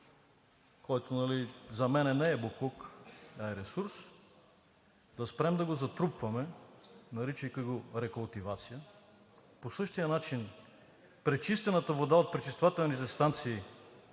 който за мен не е боклук, а е ресурс, да спрем да го затрупваме, наричайки го рекултивация. По същия начин с пречистената вода от пречиствателните станции